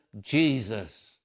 Jesus